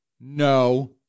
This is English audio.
No